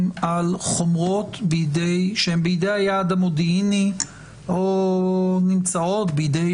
על חומרות שהם בידי היעד המודיעיני או נמצאות בידי